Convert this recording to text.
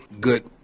good